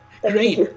great